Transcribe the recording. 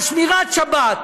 על שמירת שבת,